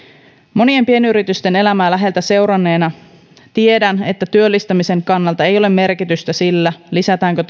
monien pienyritysten elämää läheltä seuranneena tiedän että työllistämisen kannalta ei ole merkitystä sillä lisätäänkö